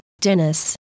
Dennis